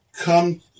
come